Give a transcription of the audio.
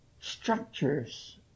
structures